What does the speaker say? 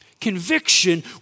Conviction